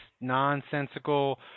nonsensical